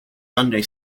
sunday